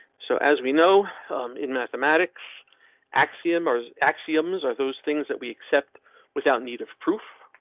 so as we know in mathematics axiom or axioms are those things that we accept without need of proof.